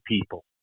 people